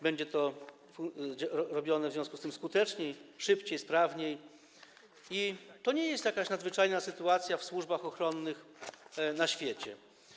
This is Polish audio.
Będzie to robione w związku z tym skuteczniej, szybciej, sprawniej i to nie jest jakaś nadzwyczajna sytuacja w służbach ochronnych na świecie.